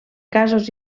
casos